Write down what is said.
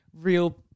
real –